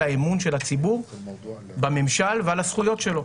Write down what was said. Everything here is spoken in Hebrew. האמון של הציבור בממשל ועל הזכויות שלו.